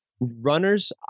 runners